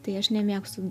tai aš nemėgstu